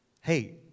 hey